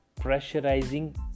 pressurizing